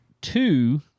two